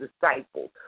disciples